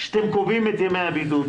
כשאתם קובעים את ימי הבידוד.